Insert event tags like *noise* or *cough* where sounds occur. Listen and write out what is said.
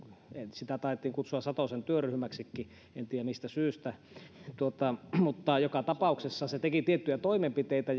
sitä taidettiin kutsua satosen työryhmäksi en tiedä mistä syystä joka teki tiettyjä toimenpiteitä *unintelligible*